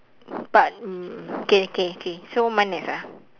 but mm okay okay okay so mine next ah